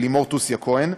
ולימור תוסיה כהן,